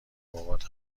بابات